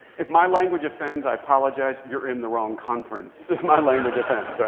if my language offends, i apologize. you're in the wrong conference if my language offends,